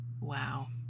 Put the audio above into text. wow